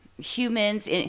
Humans